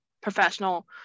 professional